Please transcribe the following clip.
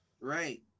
right